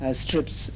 strips